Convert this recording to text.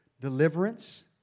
deliverance